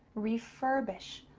refurbish.